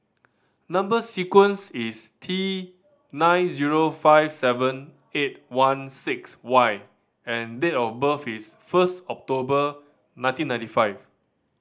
number sequence is T nine zero five seven eight one six Y and date of birth is first October nineteen ninety five